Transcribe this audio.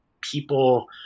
people